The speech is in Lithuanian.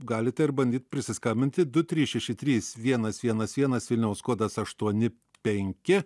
galite ir bandyt prisiskambinti du trys šeši trys vienas vienas vienas vilniaus kodas aštuoni penki